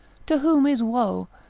to whom is woe,